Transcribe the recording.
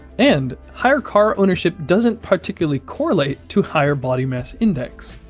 and higher car ownership doesn't particularly correlate to higher body mass index.